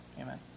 Amen